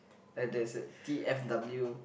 like there's a t_f_w